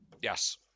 Yes